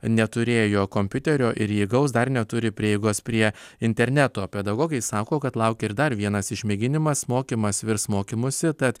neturėjo kompiuterio ir jį gaus dar neturi prieigos prie interneto pedagogai sako kad laukia ir dar vienas išmėginimas mokymas virs mokymusi tad